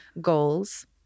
goals